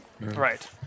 right